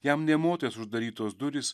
jam nė motais uždarytos durys